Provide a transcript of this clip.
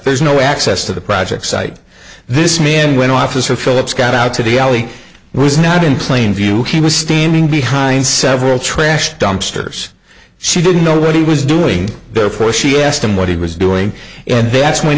there's no access to the project site this me and when officer phillips got out to the alley he was not in plain view he was standing behind several trash dumpsters she didn't know what he was doing therefore she asked him what he was doing and that's when